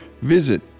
visit